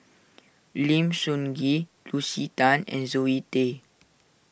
Lim Sun Gee Lucy Tan and Zoe Tay